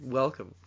welcome